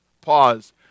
pause